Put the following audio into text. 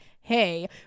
hey